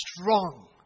strong